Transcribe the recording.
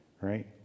right